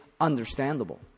understandable